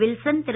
Wilson Thiru